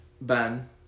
Ben